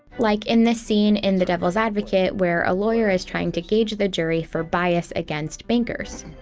like in this scene in the devil's advocate where a lawyer is trying to gauge the jury for bias against bankers.